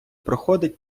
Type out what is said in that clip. проходить